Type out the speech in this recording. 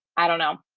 i don't know.